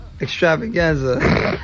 Extravaganza